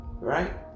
Right